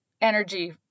energy